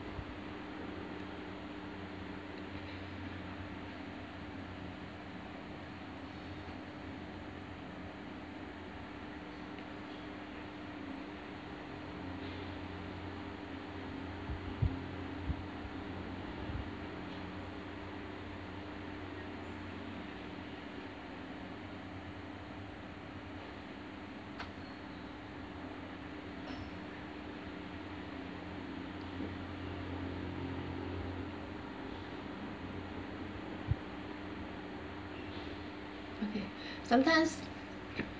okay sometimes